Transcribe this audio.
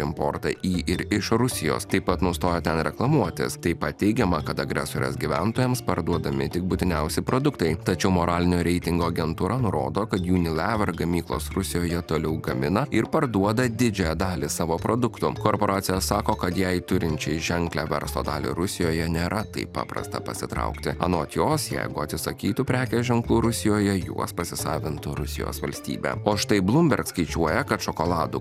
importą į ir iš rusijos taip pat nustojo ten reklamuotis taip pat teigiama kad agresorės gyventojams parduodami tik būtiniausi produktai tačiau moralinio reitingo agentūra nurodo kad unilever gamyklos rusijoje toliau gamina ir parduoda didžiąją dalį savo produktų korporacija sako kad jai turinčiai ženklią verslo dalį rusijoje nėra taip paprasta pasitraukti anot jos jeigu atsisakytų prekės ženklų rusijoje juos pasisavintų rusijos valstybė o štai bloomberg skaičiuoja kad šokoladų